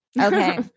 Okay